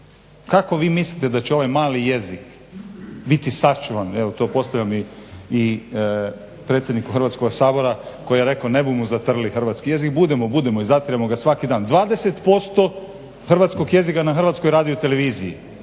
Kako vi mislite da će ovaj mali jezik biti sačuvan? Evo to postavljam i predsjedniku Hrvatskoga sabora koji je rekao nebumo zatrli hrvatski jezik. Budemo, budemo i zatiremo ga svaki dan. 20% hrvatskog jezika na Hrvatskoj radio-televiziji,